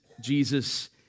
Jesus